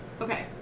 okay